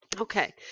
okay